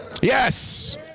yes